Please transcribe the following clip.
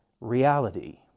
reality